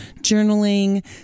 journaling